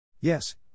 Yes